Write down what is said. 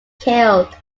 killed